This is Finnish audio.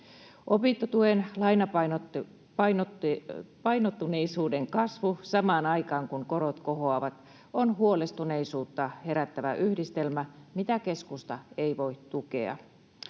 Opintotuen lainapainotteisuuden kasvu samaan aikaan, kun korot kohoavat, on huolestuneisuutta herättävä yhdistelmä, mitä keskusta ei voi tukea.